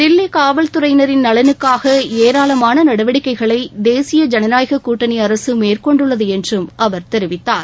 தில்லி காவல்துறையினரின் நலனுக்காக ஏராளமான நடவடிக்கைகளை தேசிய ஜனநாயக கூட்டணி அரசு மேற்கொண்டுள்ளது என்றும் அவர் தெரிவித்தார்